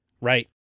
Right